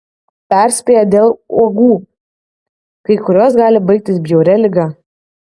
perspėja dėl uogų kai kurios gali baigtis bjauria liga